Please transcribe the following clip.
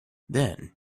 then